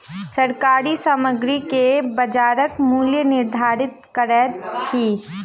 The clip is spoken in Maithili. सरकार सामग्री के बजारक मूल्य निर्धारित करैत अछि